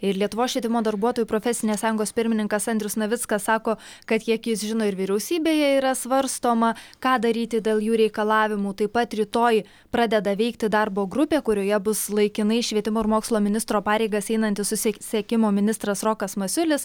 ir lietuvos švietimo darbuotojų profesinės sąjungos pirmininkas andrius navickas sako kad kiek jis žino ir vyriausybėje yra svarstoma ką daryti dėl jų reikalavimų taip pat rytoj pradeda veikti darbo grupė kurioje bus laikinai švietimo ir mokslo ministro pareigas einantis susisiekimo ministras rokas masiulis